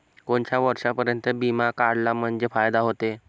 कोनच्या वर्षापर्यंत बिमा काढला म्हंजे फायदा व्हते?